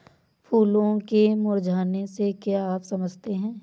फूलों के मुरझाने से क्या आप समझते हैं?